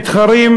מתחרים,